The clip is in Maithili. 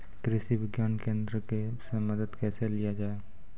कृषि विज्ञान केन्द्रऽक से मदद कैसे लिया जाय?